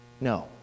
No